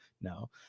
no